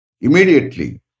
immediately